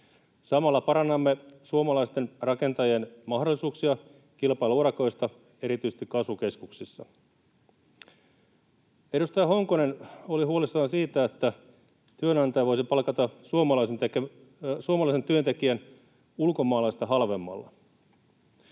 Samalla parannamme suomalaisten rakentajien mahdollisuuksia kilpailla urakoista erityisesti kasvukeskuksissa. Edustaja Honkonen oli huolissaan siitä, että työnantaja voisi palkata suomalaisen työntekijän ulkomaalaista halvemmalla.